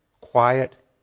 quiet